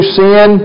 sin